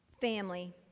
family